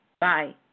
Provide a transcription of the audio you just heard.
Bye